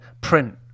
print